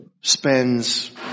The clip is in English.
spends